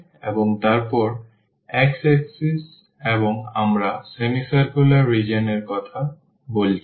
এবং তারপরে x axis এবং আমরা semicircular রিজিওন এর কথা বলছি